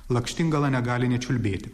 lakštingala negali nečiulbėti